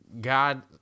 God